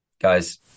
Guys